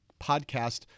podcast